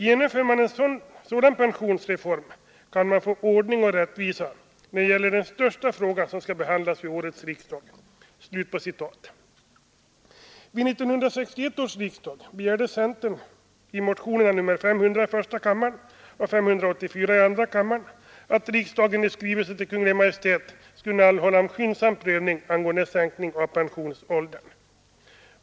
Genomför man en sådan pensionsreform, kan man få ordning och rättvisa när det gäller den största fråga som skall behandlas vid årets riksdag.” Vid 1961 års riksdag begärde centern i motionerna nr 500 i första kammaren och 584 i andra kammaren att riksdagen i skrivelse till Kungl. Maj:t skulle anhålla om skyndsam prövning angående sänkning av pensionsåldern.